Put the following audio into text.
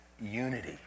unity